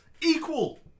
Equal